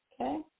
okay